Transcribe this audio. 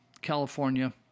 California